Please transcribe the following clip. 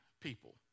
People